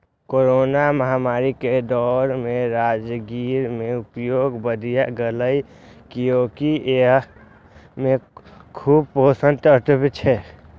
corona महामारी के दौर मे राजगिरा के उपयोग बढ़ि गैले, कियैकि अय मे खूब पोषक तत्व छै